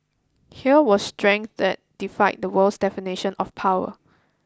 here was strength that defied the world's definition of power